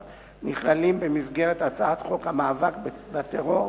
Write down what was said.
נכללים במסגרת הצעת חוק המאבק בטרור,